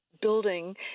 building